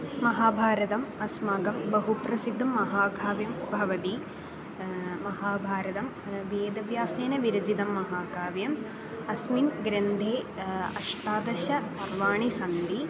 महाभारतम् अस्माकं बहु प्रसिद्धं महाकाव्यं भवति महाभारतं वेदव्यासेन विरचितं महाकाव्यम् अस्मिन् ग्रन्धे अष्टादश पर्वाणि सन्ति